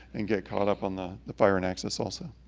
and get caught up on the the fire and access also.